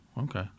Okay